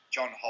John